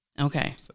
Okay